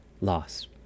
loss